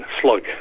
slug